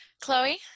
Chloe